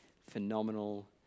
phenomenal